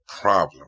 problem